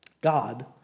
God